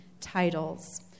titles